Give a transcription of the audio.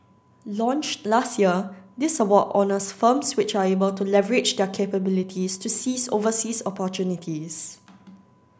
launched last year this award honours firms which are able to leverage their capabilities to seize overseas opportunities